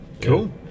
Cool